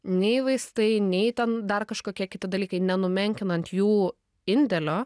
nei vaistai nei ten dar kažkokie kiti dalykai nenumenkinant jų indėlio